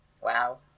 wow